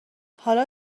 حالا